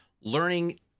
learning